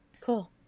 cool